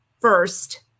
first